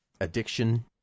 addiction